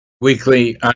weekly